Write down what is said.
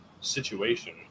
situation